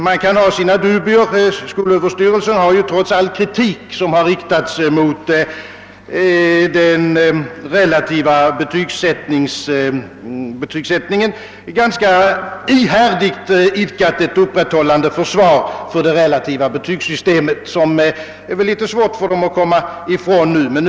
Man kan ha sina dubier — skolöverstyrelsen har trots all kritik som riktats mot den relativa betygsättningen ganska ihärdigt idkat ett upprätthållande försvar för denna, och det kanske blir svårt för överstyrelsen att komma ifrån det.